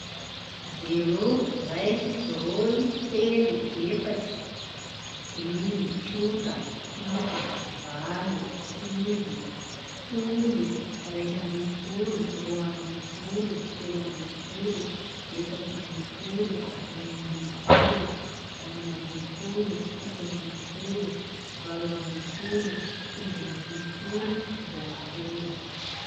Zero, raiky, roy, telo, efatsy, dimy, tsota, fito, valo, sivy, folo, raika ambifolo, roa ambifolo, telo ambifolo, efatsy ambifolo, dily ambifolo, enina ambifolo, fito ambifolo, valo ambifolo, sivy ambifolo, roa-polo.